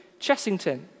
Chessington